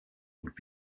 would